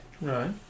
right